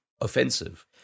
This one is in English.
offensive